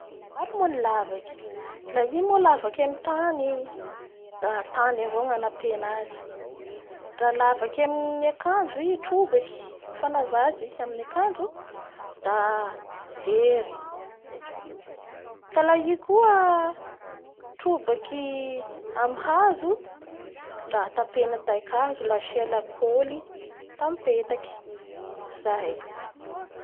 Maro moa ny lavaky la i lavaky amin'ny tany da tany avao no anapena azy, la lavaky amin'ny akanjo i trobaky ny fanaova azy amin'ny akanjo da jery. Ka laha i koa trobaky amin'ny hazola tapena taikazo da asia lakolyda apetaky.